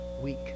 week